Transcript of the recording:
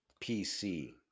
PC